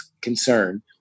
concern